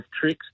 tricks